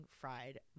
fried